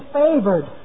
favored